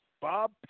Bob